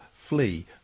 flee